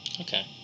Okay